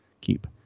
keep